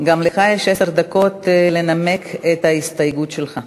גם לך יש עשר דקות לנמק את ההסתייגות שלך.